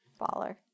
Baller